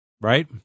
right